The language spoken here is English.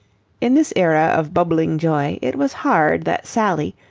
in this era of bubbling joy, it was hard that sally,